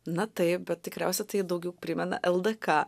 na taip bet tikriausiai tai daugiau primena ldk